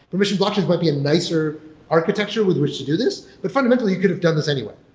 permission blockchains might be a nicer architecture with which to do this. but fundamentally, you could have done this anyway.